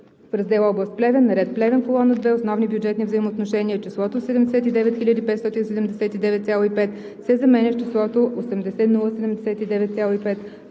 В раздел „Област Плевен“: - на ред „Плевен“, колона 2 – Основни бюджетни взаимоотношения, числото „79 579,5“ се заменя с числото „80 079,5“,